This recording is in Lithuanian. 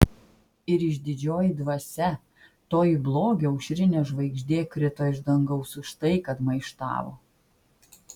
ir išdidžioji dvasia toji blogio aušrinė žvaigždė krito iš dangaus už tai kad maištavo